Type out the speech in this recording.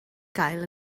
gael